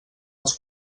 els